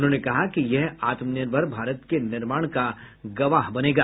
उन्होंने कहा कि यह आत्मनिर्भर भारत के निर्माण का गवाह बनेगा